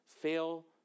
fail